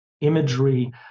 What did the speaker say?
imagery